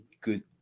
good